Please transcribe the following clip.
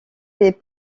des